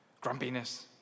grumpiness